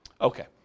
Okay